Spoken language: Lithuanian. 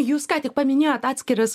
jūs ką tik paminėjot atskiras